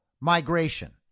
migration